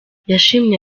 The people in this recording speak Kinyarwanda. yashimiye